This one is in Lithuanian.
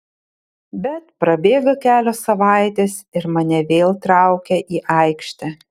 bet prabėga kelios savaitės ir mane vėl traukia į aikštę